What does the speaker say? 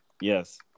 Yes